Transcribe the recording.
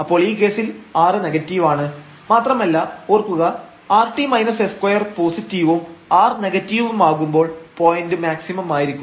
അപ്പോൾ ഈ കേസിൽ r നെഗറ്റീവാണ് മാത്രമല്ല ഓർക്കുക rt s2 പോസിറ്റീവും r നെഗറ്റീവുമാകുമ്പോൾ പോയന്റ് മാക്സിമം ആയിരിക്കും